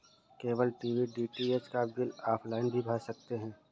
cable TV DTH का bill offline भी भर सकते हैं